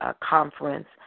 conference